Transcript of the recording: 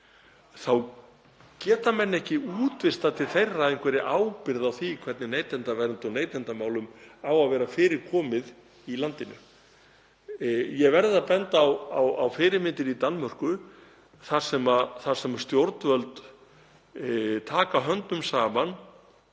geta menn ekki útvistað til þeirra ábyrgð á því hvernig neytendavernd og neytendamálum á að vera fyrir komið í landinu. Ég verð að benda á fyrirmyndir í Danmörku þar sem stjórnvöld taka höndum saman